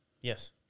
Yes